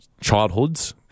childhoods